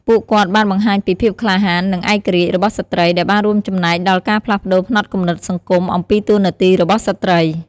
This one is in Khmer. ពួកគាត់បានបង្ហាញពី ភាពក្លាហាន និងឯករាជ្យ របស់ស្ត្រី ដែលបានរួមចំណែកដល់ការផ្លាស់ប្តូរផ្នត់គំនិតសង្គមអំពីតួនាទីរបស់ស្ត្រី។